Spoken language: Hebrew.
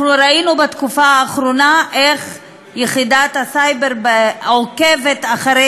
אנחנו ראינו בתקופה האחרונה איך יחידת הסייבר עוקבת אחרי